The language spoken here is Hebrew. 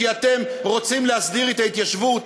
כי אתם רוצים להסדיר את ההתיישבות.